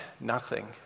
nothing